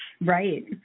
Right